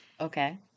Okay